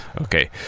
Okay